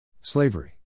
Slavery